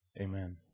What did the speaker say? Amen